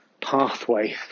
pathway